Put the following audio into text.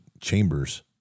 Chambers